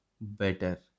better